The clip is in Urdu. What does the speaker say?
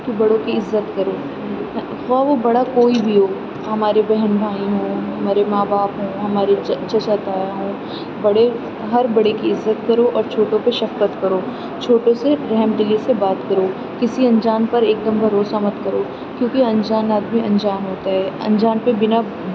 کہ بڑوں کی عزت کرو خواہ وہ بڑا کوئی بھی ہو ہمارے بہن بھائی ہوں ہمارے ماں باپ ہوں ہمارے چا چچا تایا ہوں بڑے ہر بڑے کی عزت کرو اور چھوٹے کو شفقت کرو چھوٹوں سے رحم دلی سے بات کرو کسی انجان پر ایک دم بھروسہ مت کرو کیونکہ انجان آدمی انجان ہوتا ہے انجان پہ بنا